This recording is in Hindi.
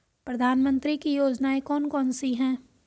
प्रधानमंत्री की योजनाएं कौन कौन सी हैं?